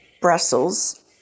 Brussels